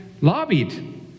lobbied